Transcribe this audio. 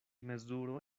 mezuro